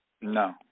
No